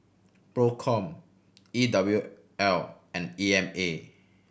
Procom E W L and E M A